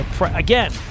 Again